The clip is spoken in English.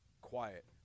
quiet